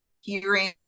hearing